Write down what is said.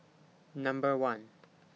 Number one